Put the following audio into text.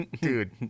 dude